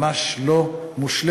ממש לא מושלמת,